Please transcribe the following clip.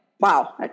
Wow